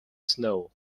snow